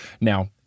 Now